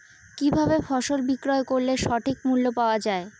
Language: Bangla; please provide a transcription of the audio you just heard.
কি ভাবে ফসল বিক্রয় করলে সঠিক মূল্য পাওয়া য়ায়?